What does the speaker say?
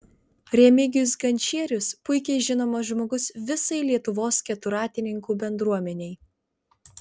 remigijus gančierius puikiai žinomas žmogus visai lietuvos keturratininkų bendruomenei